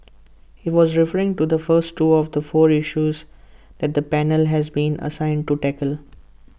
he was referring to the first two of four issues that the panel has been assigned to tackle